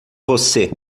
você